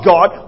God